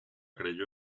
creyó